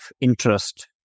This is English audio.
interest